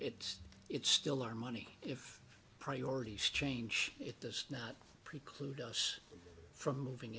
it's it's still our money if priorities change it does not preclude us from moving